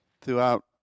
throughout